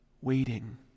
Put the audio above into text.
waiting